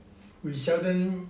we seldom